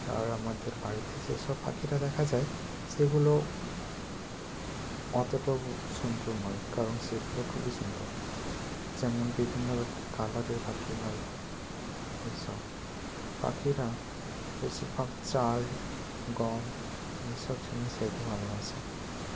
আর আমাদের বাড়িতে যেসব পাখিরা দেখা যায় সেগুলো অতটাও সুন্দর নয় কারণ সেগুলো খুবই সুন্দর যেমন বিভিন্ন রকম কালারের পাখি হয় এইসব পাখিরা বেশিরভাগ চাল গম এইসব জিনিস খেতে ভালোবাসে